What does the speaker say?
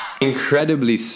Incredibly